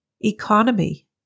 Economy